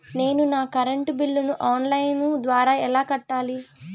నేను నా కరెంటు బిల్లును ఆన్ లైను ద్వారా ఎలా కట్టాలి?